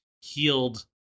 healed